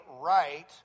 right